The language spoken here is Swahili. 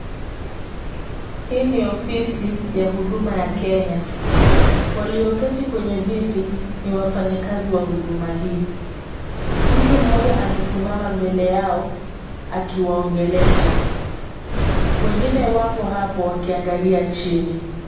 Hii ni ofisi ya Huduma ya Kenya. Walioketi kwenye viti ni wafanyikazi wa Huduma hii. Mtu mmoja amesimama mbele yao akiwaongelesha, wengine wako hapo wakiangalia chini.